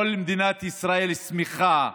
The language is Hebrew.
כל מדינת ישראל שמחה ומעודדת.